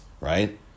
right